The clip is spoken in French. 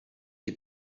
les